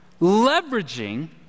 leveraging